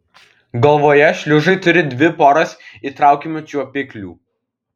galvoje šliužai turi dvi poras įtraukiamų čiuopiklių